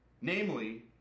Namely